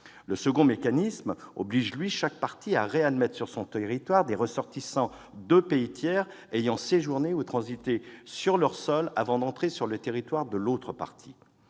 Le second oblige chaque partie à réadmettre sur son territoire des ressortissants de pays tiers ayant séjourné ou transité sur leur sol avant d'entrer sur le territoire de l'autre partie.